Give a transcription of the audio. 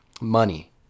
money